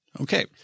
Okay